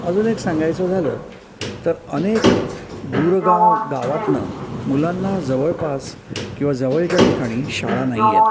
अजून एक सांगायचं झालं तर अनेक दूरगाव गावातनं मुलांना जवळपास किंवा जवळच्या ठिकाणी शाळा नाहीत